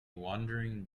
wandering